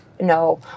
No